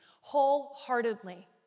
wholeheartedly